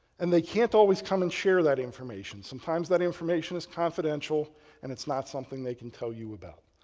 and they can't always come and share that information. sometimes that information is confidential and it's not something they can tell you about.